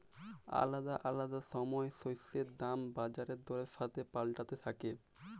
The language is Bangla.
আলাদা আলাদা সময় শস্যের দাম বাজার দরের সাথে পাল্টাতে থাক্যে